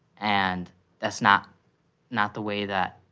and that's not not the way that